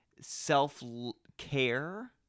self-care